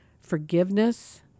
forgiveness